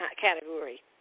category